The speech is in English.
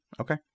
Okay